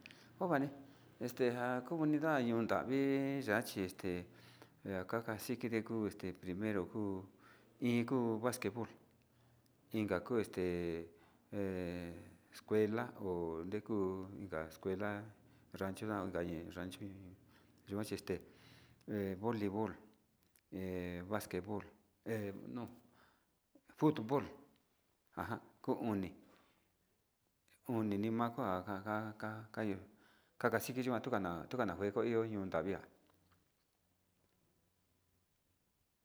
Ho vani este njakunida ño'on nravi hyachi este he kaxikide kuu este primero kuu iin kuu vazquet bol inka kuu este escuela ho reku inka escuela rancho nja njan chi vazquebot bolibot he futbol ajan kuu oni oni ni makua ajan kayo kakxhikana kukana kukana na'a kueko yo'o ñion nravijan.